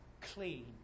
clean